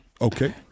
okay